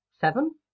seven